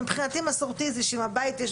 מבחינתי מסורתי זה שבבית יש